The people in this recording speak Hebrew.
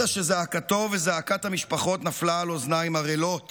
אלא שזעקתו וזעקת המשפחות נפלה על אוזניים ערלות